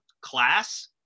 class